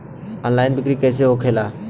Online बिक्री कैसे होखेला?